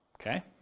Okay